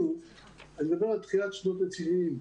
אני מדבר על תחילת שנות ה-90',